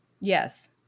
Yes